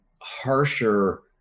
harsher